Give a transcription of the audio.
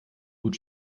gut